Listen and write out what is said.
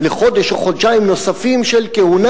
לחודש או חודשיים נוספים של כהונה.